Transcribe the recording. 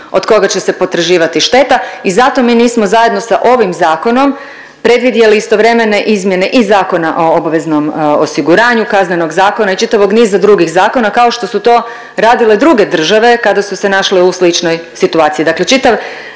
od koga će se potraživati šteta i zato mi nismo zajedno sa ovim zakonom predvidjeli istovremene izmjene i Zakona o obveznom osiguranju, KZ-a i čitavog niza drugih zakona kao što su to radile druge države kada su se našle u sličnoj situaciji,